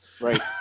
Right